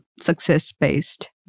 success-based